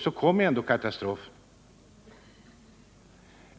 Så kom ändå katastrofen.